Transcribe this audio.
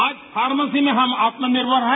आज फार्मेसी में हम आत्मनिर्मर हैं